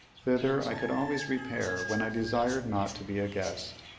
thither i could always repair when i desired not to be a guest.